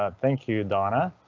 ah thank you donna,